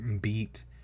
beat